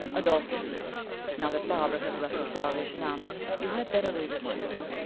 adolphus now that barbara has left the salvation army, you had better leave it too.